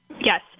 Yes